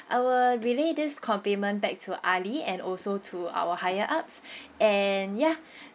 I will relay this compliment back to ali and also to our higher ups and ya